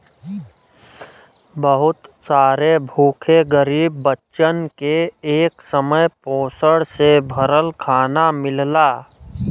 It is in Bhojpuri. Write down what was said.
बहुत सारे भूखे गरीब बच्चन के एक समय पोषण से भरल खाना मिलला